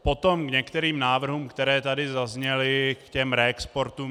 Potom k některým návrhům, které tady zazněly k reexportům.